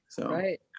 Right